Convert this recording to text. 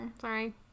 sorry